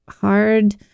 hard